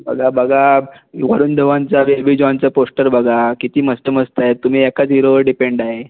बघा बघा वरूण धवनचा रेल्वे जॉनचा पोस्टर बघा किती मस्त मस्त आहेत तुम्ही एकाच हिरोवर डिपेंड आहे